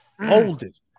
Folded